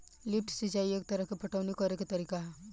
lift सिंचाई एक तरह के पटवनी करेके तरीका ह